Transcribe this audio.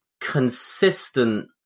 consistent